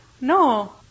No